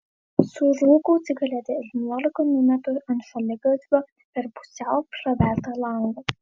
surūkau cigaretę ir nuorūką numetu ant šaligatvio per pusiau pravertą langą